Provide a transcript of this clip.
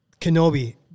Kenobi